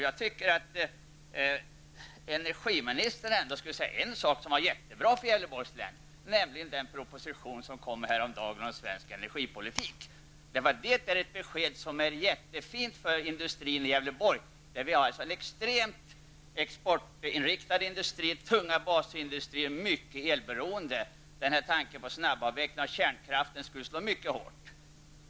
Jag måste säga att en sak som var bra för Gävleborgs län är den proposition som kom häromdagen om svensk energipolitik. Den innehöll ett besked som är jättefint för industrin i vårt län, därför att vi har extremt exportberoende industrier, tunga basindustrier och mycket stort elberoende. Snabbavveckling av kärnkraften skulle ha slagit mycket hårt.